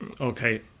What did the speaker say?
okay